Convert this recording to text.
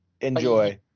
Enjoy